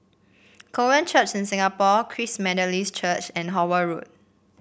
Korean Church in Singapore Christ Methodist Church and Howard Road